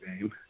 game